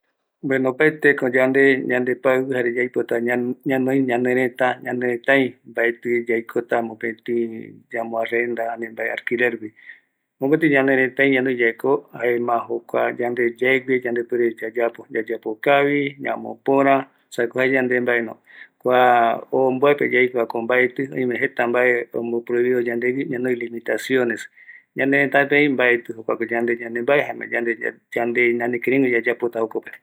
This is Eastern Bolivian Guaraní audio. Bueno opaeteko yande yande païu jare yaipota ñanoi ñaneretä, ñanerëtaï, mbatï yaikota mopetï yamboarenda ani mbae alquiler rupi, mpëtï ñaneretai ñanoi yaeko jae jokua yande yaegue yande puere yayapo, yayapo kavi ñamopörä esako jae yande mbaeno, kua oombuaepe yaikovako mbaetï, oime jeta mbae ombo prohive yandegui, ñanoi limitaciones, ñaneretä pei mbaetï, jokua yande yandembae jaema ynade yakïreïgue yayapo jokope.